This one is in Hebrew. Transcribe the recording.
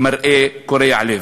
מראה קורע לב.